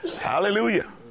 hallelujah